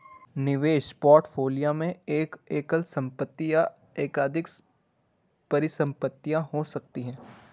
निवेश पोर्टफोलियो में एक एकल संपत्ति या एकाधिक परिसंपत्तियां हो सकती हैं